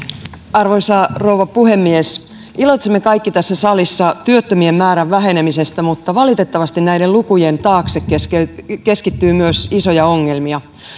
arvoisa rouva puhemies iloitsemme kaikki tässä salissa työttömien määrän vähenemisestä mutta valitettavasti näiden lukujen taakse keskittyy keskittyy myös isoja ongelmia